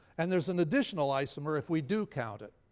and there's an additional isomer if we do count it.